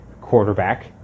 quarterback